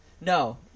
No